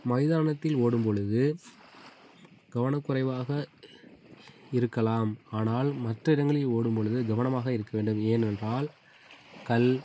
மைதானத்தில் ஓடும்பொழுது கவனக் குறைவாக இருக்கலாம் ஆனால் மற்ற இடங்களில் ஓடும்பொழுது கவனமாக இருக்க வேண்டும் ஏனென்றால் கல்